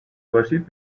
باشید